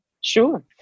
Sure